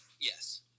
Yes